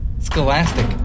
Scholastic